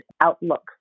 outlook